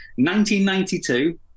1992